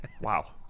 wow